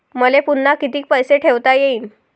मले पुन्हा कितीक पैसे ठेवता येईन?